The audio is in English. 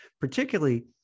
Particularly